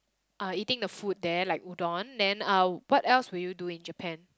uh eating the food there like udon then uh what else would you do in Japan